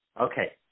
Okay